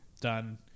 Done